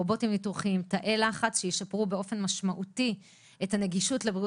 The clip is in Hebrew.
רובוטים ניתוחיים ותאי לחץ שישפרו באופן משמעותי את הנגישות לבריאות